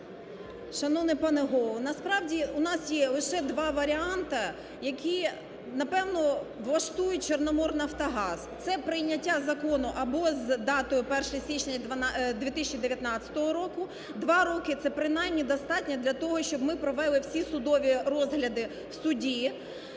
Шановний пане Голово, насправді, у нас є лише два варіанта, які, напевно, влаштують "Чорноморнафтогаз" – це прийняття закону або з датою 1 січня 2019 року, два роки, це, принаймні, достатньо для того, щоб ми провели всі судові розгляди в суді;